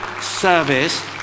service